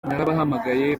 narabahamagaye